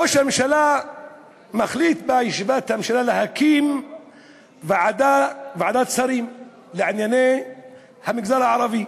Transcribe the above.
ראש הממשלה מחליט בישיבת הממשלה להקים ועדת שרים לענייני המגזר הערבי,